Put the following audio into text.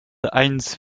heinz